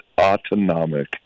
autonomic